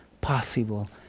possible